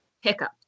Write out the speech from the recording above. hiccups